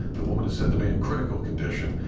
the woman is said to be in critical condition.